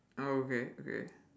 oh okay okay